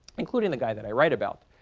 including the guy that i write about,